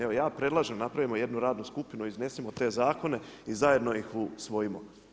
Evo ja predlažem da napravimo jednu radnu skupinu, iznesimo te zakone i zajedno ih usvojimo.